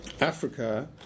Africa